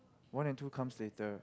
one and two comes later